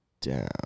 Down